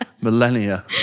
millennia